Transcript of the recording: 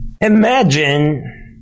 Imagine